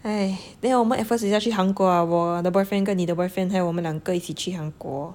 !hais! then 我们 at first 也要去韩国我的 boyfriend 跟你的 boyfriend 还有我们两个一起去韩国